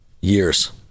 years